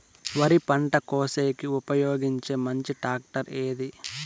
వరి పంట కోసేకి ఉపయోగించే మంచి టాక్టర్ ఏది?